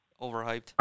Overhyped